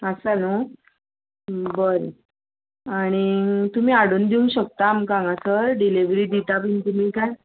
आसा न्हू बरें आणी तुमी हाडून दिवंक शकता आमकां हांगासर डिलिव्हरी दिता बीन तुमी काय